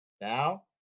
Now